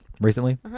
recently